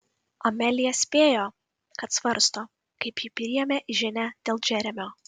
amelija spėjo kad svarsto kaip ji priėmė žinią dėl džeremio